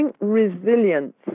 resilience